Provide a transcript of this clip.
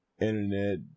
internet